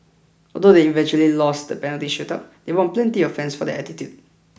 although they eventually lost the penalty shootout they won plenty of fans for their attitude